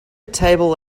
table